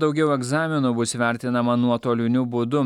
daugiau egzaminų bus vertinama nuotoliniu būdu